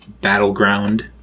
battleground